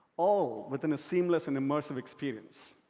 all within a seamless and immersive experience.